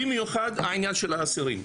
במיוחד העניין של האסירים.